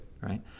right